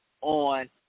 on